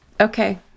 Okay